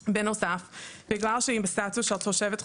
בנוסף, בגלל שהיא בסטטוס של תושבת חוזרת,